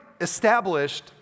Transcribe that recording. established